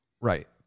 Right